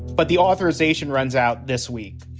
but the authorization runs out this week